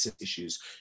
issues